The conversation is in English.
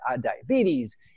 diabetes